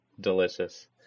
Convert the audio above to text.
Delicious